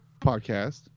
Podcast